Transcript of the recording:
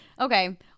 Okay